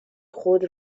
خود